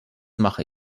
mache